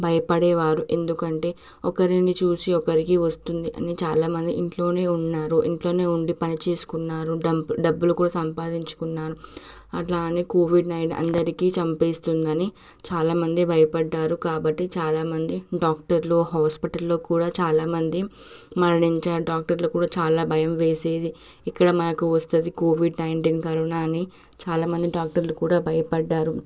భయపడేవారు ఎందుకంటే ఒకరిని చూసి ఒకరికి వస్తుంది అని చాలామంది ఇంట్లోనే ఉన్నారు ఇంట్లోనే ఉండి పని చేసుకున్నారు డబ్బులు కూడా సంపాదించుకున్నారు అట్లా అని కోవిడ్ నైన్ అందరికీ చంపేస్తుందని చాలామంది భయపడ్డారు కాబట్టి చాలామంది డాక్టర్లు హాస్పిటల్లో కూడా చాలామంది మరణించే డాక్టర్లు కూడా చాలా భయం వేసేది ఎక్కడ మనకు వస్తుంది కోవిడ్ నైన్టీన్ కరోనా అని చాలామంది డాక్టర్లు కూడా భయపడ్డారు